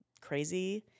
crazy